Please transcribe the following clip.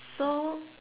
so